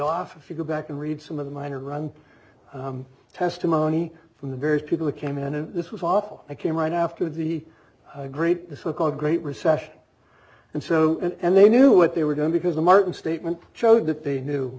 off if you go back and read some of the minor run testimony from the various people that came in and this was off i came right after the great the so called great recession and so and they knew what they were doing because the martin statement showed that they knew